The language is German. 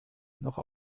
noch